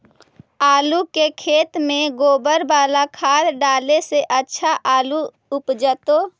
आलु के खेत में गोबर बाला खाद डाले से अच्छा आलु उपजतै?